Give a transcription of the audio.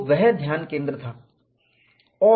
तो वह ध्यानकेंद्र था